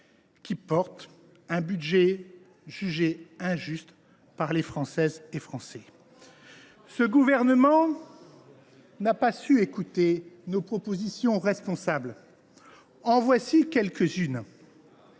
ci porte un budget jugé injuste par les Françaises et Français. Non ! Ce gouvernement n’a pas su écouter nos propositions responsables, parmi lesquelles